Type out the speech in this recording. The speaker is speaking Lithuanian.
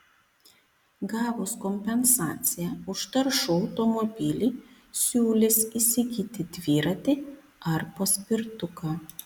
gavus kompensaciją už taršų automobilį siūlys įsigyti dviratį ar paspirtuką